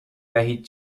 دهید